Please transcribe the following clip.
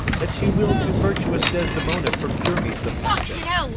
that she will to virtuous desdemona procure me some access.